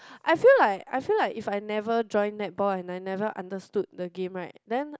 I feel like I feel like if I never join netball and I never understood the game right then